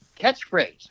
catchphrase